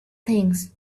things